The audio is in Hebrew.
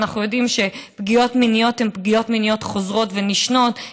ואנחנו יודעים שפגיעות מיניות הן פגיעות מיניות חוזרות ונשנות,